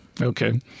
Okay